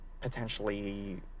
potentially